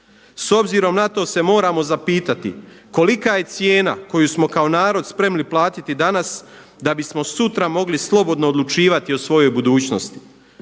S obzirom na to se moramo zapitati kolika je cijena koju smo kao narod spremni platiti danas da bismo sutra mogli slobodno odlučivati o svojoj budućnosti.